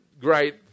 great